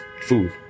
food